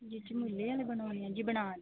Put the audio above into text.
ਬਣਾਉਣੇ ਜੀ ਬਣਾ ਦਵਾਂਗੇ